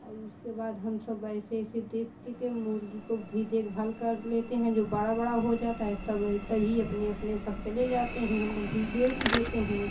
और उसके बाद हम सब ऐसे ऐसे देखकर के मुर्ग़ी को भी देखभाल कर लेते हैं जो बड़ा बड़ा हो जाता है तब हि तभी अपने अपने सब चले जाते हैं हम लोग फिर बेच देते हैं